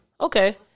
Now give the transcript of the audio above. Okay